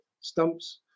stumps